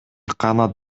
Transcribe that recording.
канат